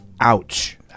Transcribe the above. ouch